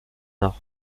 art